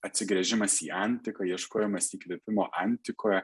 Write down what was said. atsigręžimas į antiką ieškojimas įkvėpimo antikoje